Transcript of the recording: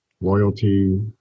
loyalty